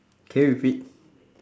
can you repeat